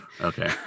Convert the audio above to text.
Okay